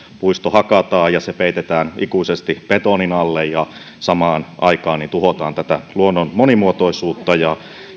puisto hakataan ja se peitetään ikuisesti betonin alle ja samaan aikaan tuhotaan tätä luonnon monimuotoisuutta ja